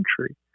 country